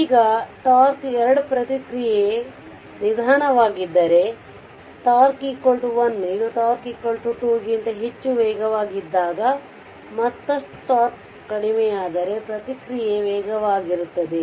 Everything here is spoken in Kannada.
ಈಗ τ 2 ಪ್ರತಿಕ್ರಿಯೆ ನಿಧಾನವಾಗಿದ್ದರೆ τ 1 ಇದು τ 2 ಗಿಂತ ಹೆಚ್ಚು ವೇಗವಾಗಿದ್ದಾಗ ಮತ್ತಷ್ಟು τ ಕಡಿಮೆಯಾದರೆ ಪ್ರತಿಕ್ರಿಯೆ ವೇಗವಾಗಿರುತ್ತದೆ